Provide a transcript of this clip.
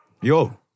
Yo